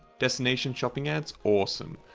destination shopping ads. awesome,